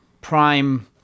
prime